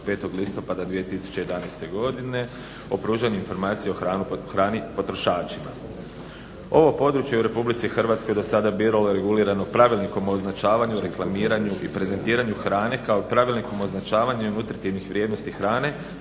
25. listopada 2011. godine o pružanju informacije o hrani potrošačima. Ovo područje u Republici Hrvatskoj do sada je bilo regulirano Pravilnikom o označavanju, reklamiranju i prezentiranju hrane kao Pravilnikom o označavanju nutritivnih vrijednosti hrane